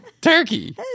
turkey